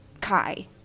Kai